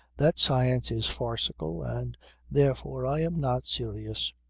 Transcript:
that science is farcical and therefore i am not serious.